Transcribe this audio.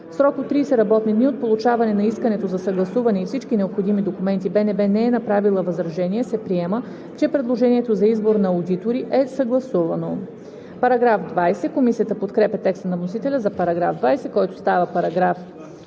срок от 30 работни дни от получаване на искането за съгласуване и всички необходими документи БНБ не е направила възражение, се приема, че предложението за избор на одитори е съгласувано.“ Комисията подкрепя текста на вносителя за § 20, който става § 31.